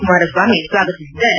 ಕುಮಾರಸ್ವಾಮಿ ಸ್ವಾಗತಿಸಿದ್ದಾರೆ